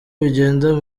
bigenda